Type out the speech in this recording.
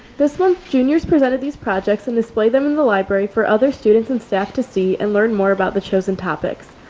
this month juniors presented these projects and display them in the library for other students and staff to see and learn more about the chosen topics.